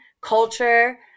culture